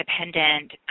independent